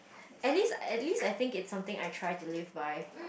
at least at least I think is something I try to live by